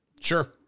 Sure